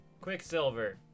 Quicksilver